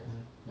mm